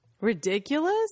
Ridiculous